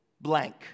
blank